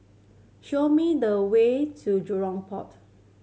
show me the way to Jurong Port